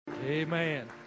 amen